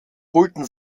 holten